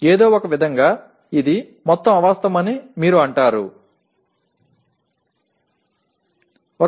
ஏனெனில் அவை முழு விஷயத்தையும் நம்பத்தகாதபடி ஆக்கிவிடும்